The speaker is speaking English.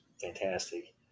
fantastic